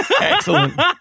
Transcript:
Excellent